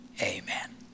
amen